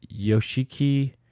Yoshiki